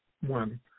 one